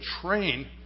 train